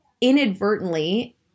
inadvertently